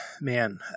man